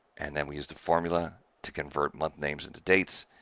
and then we use the formula to convert month names into dates.